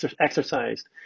exercised